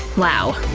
wow.